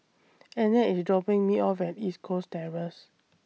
Annette IS dropping Me off At East Coast Terrace